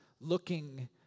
looking